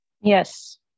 Yes